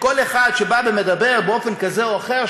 שכל אחד שבא ומדבר באופן כזה או אחר,